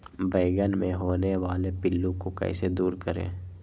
बैंगन मे होने वाले पिल्लू को कैसे दूर करें?